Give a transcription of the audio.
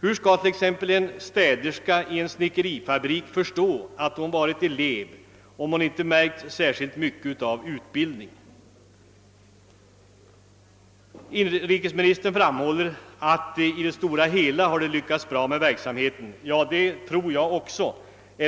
Hur skall exempelvis en städerska i en snickerifabrik förstå att hon har varit elev, om hon inte har märkt särskilt mycket av utbildningen? Inrikesministern framhåller att verksamheten i det stora hela har lyckats bra, och det tror jag också. Men